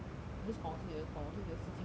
I just 管我自己的管我自己的事情 lah